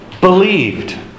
believed